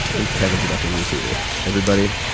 and kevin is about to roofie me. everybody,